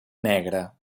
negre